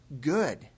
good